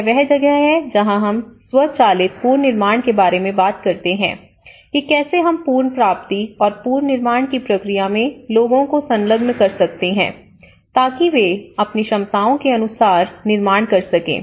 यह वह जगह है जहां हम स्व चालित पुनर्निर्माण के बारे में बात करते हैं कि कैसे हम पुनर्प्राप्ति और पुनर्निर्माण की प्रक्रिया में लोगों को संलग्न कर सकते हैं ताकि वे अपनी क्षमताओं अनुसार निर्माण कर सकें